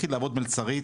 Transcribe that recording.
לכי לעבוד מלצרית,